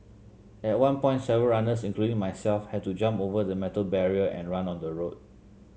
at one point several runners including myself had to jump over the metal barrier and run on the road